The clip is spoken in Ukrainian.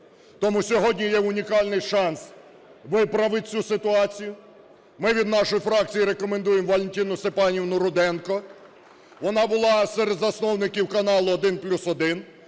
Тому сьогодні є унікальний шанс виправити цю ситуацію. Ми від нашої фракції рекомендуємо Валентину Степанівну Руденко. Вона була серед засновників каналу "1+1".